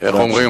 איך אומרים,